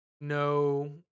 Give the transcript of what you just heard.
no